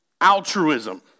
altruism